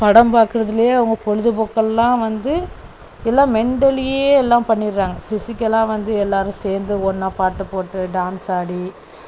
படம் பார்க்குறதுலேயே அவங்க பொழுதுபோக்கெல்லாம் வந்து எல்லாம் மென்ட்டலையே எல்லாம் பண்ணிர்றாங்க ஃபிசிக்கலாக வந்து எல்லாரும் சேர்ந்து ஒன்னாக பாட்டு போட்டு டான்ஸ் ஆடி